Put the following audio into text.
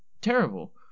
terrible